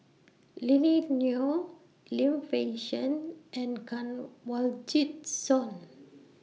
Lily Neo Lim Fei Shen and Kanwaljit Soin